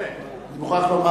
לשנת הכספים 2004 (תיקוני חקיקה) (תיקון מס' 7),